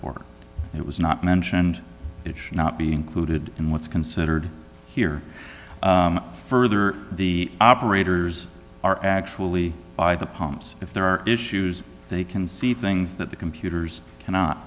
court it was not mentioned it should not be included in what's considered here further the operators are actually by the pumps if there are issues they can see things that the computers cannot